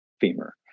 femur